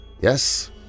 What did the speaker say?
Yes